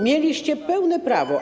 Mieliście pełne prawo.